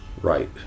Right